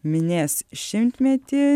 minės šimtmetį